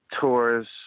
tours